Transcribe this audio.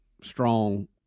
strong